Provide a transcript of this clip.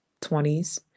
20s